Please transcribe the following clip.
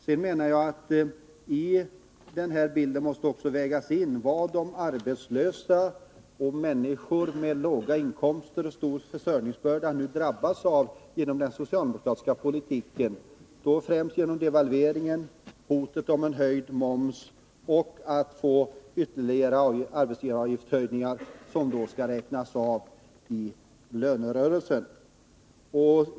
Sedan menar jag att i den här bilden också måste vägas in vad de arbetslösa och människor med låga inkomster och stor försörjningsbörda drabbas av genom den socialdemokratiska politiken, främst devalveringen, hotet om höjd moms och ytterligare höjningar av arbetsgivaravgiften, som skall räknas av i lönerörelsen.